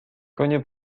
konie